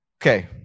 Okay